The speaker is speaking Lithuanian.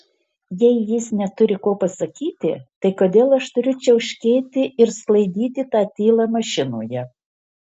jei jis neturi ko pasakyti tai kodėl aš turiu čiauškėti ir sklaidyti tą tylą mašinoje